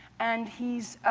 and he